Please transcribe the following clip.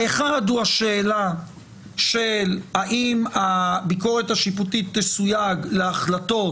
האחד הוא השאלה של האם הביקורת ששיפוטית תסויג להחלטות